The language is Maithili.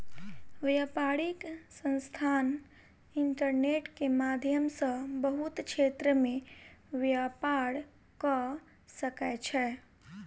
व्यापारिक संस्थान इंटरनेट के माध्यम सॅ बहुत क्षेत्र में व्यापार कअ सकै छै